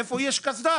איפה יש קסדה,